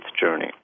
journey